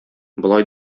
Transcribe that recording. болай